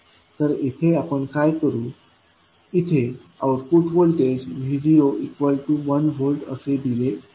तर येथे आपण काय करू इथे आउटपुट व्होल्टेज Vo1Vअसे दिले आहे